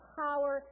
power